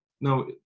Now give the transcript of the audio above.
no